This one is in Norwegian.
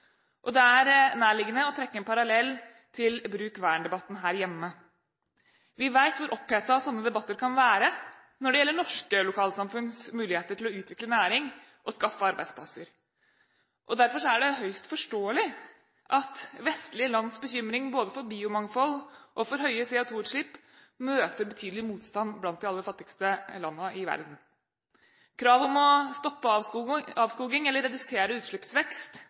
naturressurser. Det er nærliggende å trekke en parallell til bruk–vern-debatten her hjemme. Vi vet hvor opphetet slike debatter kan være når det gjelder norske lokalsamfunns muligheter til å utvikle næring og skaffe arbeidsplasser. Derfor er det høyst forståelig at vestlige lands bekymring både for biomangfold og for høye CO2-utslipp møter betydelig motstand blant de aller fattigste landene i verden. Kravet om å stoppe avskoging eller redusere utslippsvekst